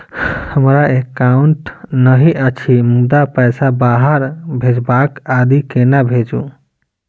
हमरा एकाउन्ट नहि अछि मुदा पैसा बाहर भेजबाक आदि केना भेजू?